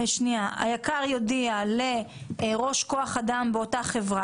היק"ר יודיע לראש כוח האדם באותה חברה